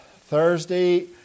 Thursday